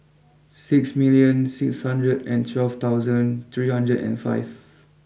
six million six hundred and twelve thousand three hundred and five